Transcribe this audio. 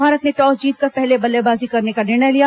भारत ने टॉस जीतकर पहले बल्लेबाजी करने का निर्णय लिया